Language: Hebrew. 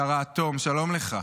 שר האטום, שלום לך.